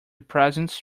presents